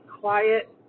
quiet